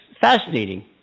fascinating